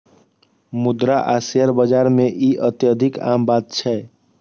मुद्रा आ शेयर बाजार मे ई अत्यधिक आम बात छै